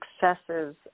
successes